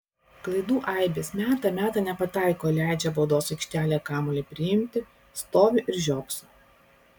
klaidų aibės meta meta nepataiko leidžia baudos aikštelėje kamuolį priimti stovi ir žiopso